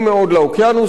תעלת סואץ,